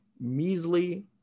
measly